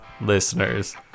listeners